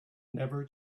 never